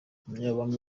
umunyamabanga